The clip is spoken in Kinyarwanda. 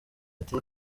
ati